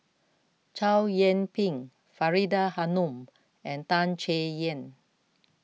Chow Yian Ping Faridah Hanum and Tan Chay Yan